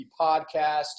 podcast